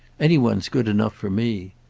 any one's good enough for me.